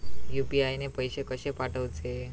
UPI ने पैशे कशे पाठवूचे?